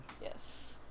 Yes